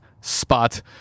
spot